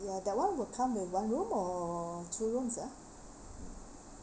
ya that [one] will come with one room or two rooms ah